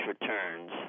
returns